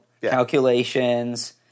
calculations